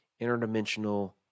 interdimensional